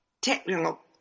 technical